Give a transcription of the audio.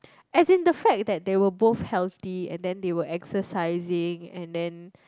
as in the fact that they were both healthy and then they were exercising and then